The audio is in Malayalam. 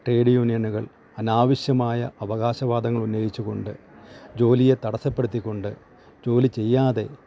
ട്രേഡ് യൂണിയനുകൾ അനാവശ്യമായ അവകാശവാദങ്ങളുന്നയിച്ചുകൊണ്ട് ജോലിയെ തടസപ്പെടുത്തിക്കൊണ്ട് ജോലി ചെയ്യാതെ